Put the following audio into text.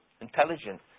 Intelligent